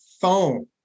phone